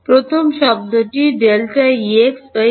প্রথম শব্দটি ∂Ex ∂y